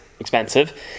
expensive